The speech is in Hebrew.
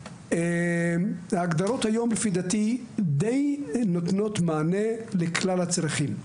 לדעתי, ההגדרות היום דיי נותנות מענה לכלל הצרכים.